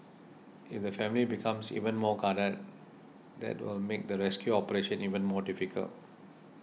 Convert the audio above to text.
if the family becomes even more guarded that will make the rescue operation even more difficult